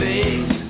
face